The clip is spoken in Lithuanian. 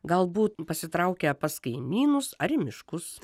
galbūt pasitraukę pas kaimynus ar į miškus